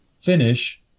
finish